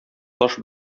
таш